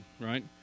right